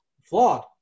flawed